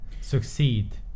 succeed